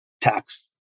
tax